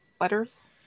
letters